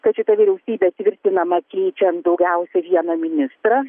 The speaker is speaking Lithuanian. kad šita vyriausybė tvirtinama keičiant daugiausia vieną ministrą